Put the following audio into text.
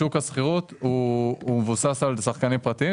שוק השכירות הוא מבוסס על שחקנים פרטיים,